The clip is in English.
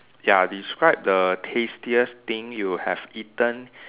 ya describe the tastiest thing you eaten